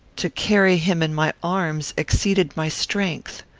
to carry him in my arms exceeded my strength.